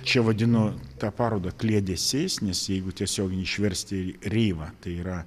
čia vadinu tą parodą kliedesiais nes jeigu tiesiogiai išversti reivą tai yra